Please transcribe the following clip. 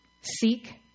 Seek